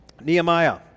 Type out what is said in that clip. Nehemiah